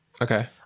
Okay